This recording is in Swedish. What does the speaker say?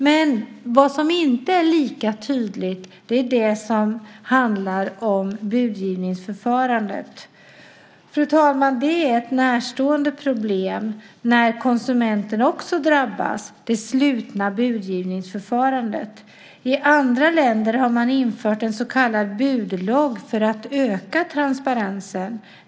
Men det är inte lika tydligt när det gäller budgivningsförfarandet. Det är ett närstående problem där konsumenter också drabbas, fru talman. Det handlar om det slutna budgivningsförfarandet. I andra länder har man infört en så kallad budlogg för att öka transparensen.